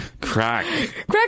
Crack